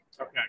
okay